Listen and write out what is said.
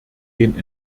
den